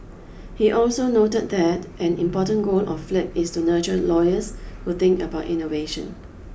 he also noted that an important goal of Flip is to nurture lawyers who think about innovation